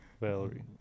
Valerie